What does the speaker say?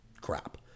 crap